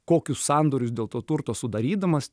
kokius sandorius dėl to turto sudarydamas